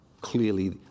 clearly